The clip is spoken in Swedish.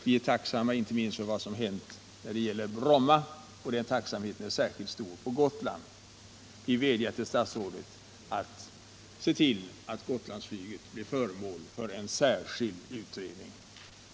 Vi är tacksamma inte minst för vad som har hänt när det gäller Bromma. Den tacksamheten är särskilt stor på Gotland. Jag upprepar till slut min vädjan till statsrådet att se till att Gotlandsflyget blir föremål för en särskild utredning.